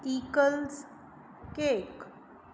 sickles cake